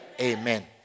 Amen